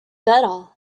better